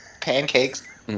pancakes